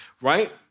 right